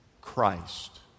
Christ